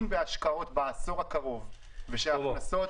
בהשקעות בעשור הקרוב -- חבר הכנסת קרעי,